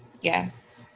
yes